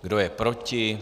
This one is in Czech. Kdo je proti?